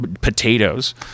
potatoes